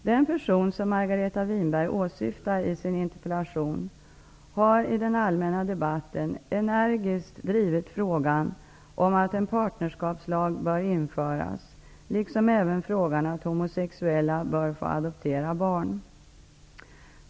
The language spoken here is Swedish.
Den person som Margareta Winberg åsyftar i sin interpellation har i den allmänna debatten energiskt drivit frågan om att en partnerskapslag bör införas, liksom även frågan om att homosexuella bör få adoptera barn.